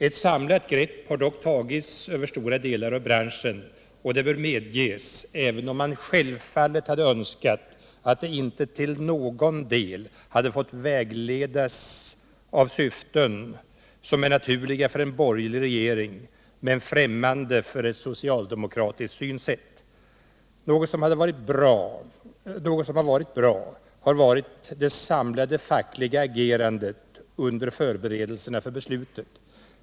Ett samlat grepp har dock tagits över stora delar av branschen, och detta bör medges även om man självfallet hade önskat att det inte till någon del hade fått vägledas av syften som är naturliga för en borgerlig regering men främmande för ett socialdemokratiskt synsätt. Något som har varit bra har varit det samlade fackliga agerandet under förberedelserna för beslutet.